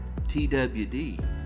TWD